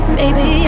baby